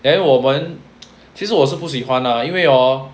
then 我们其实我是不喜欢 lah 因为 oh